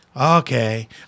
Okay